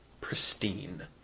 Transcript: pristine